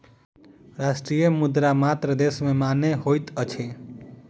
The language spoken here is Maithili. राष्ट्रीय मुद्रा मात्र देश में मान्य होइत अछि